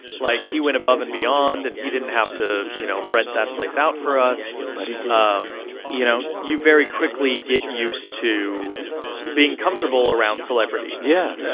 like, he went above and beyond, and he didn't have to, you know, rent that place out for us but he did um you know, you very quickly get used to being comfortable around celebrity. yeah.